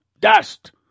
dust